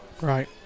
Right